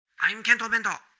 i'm kento bento.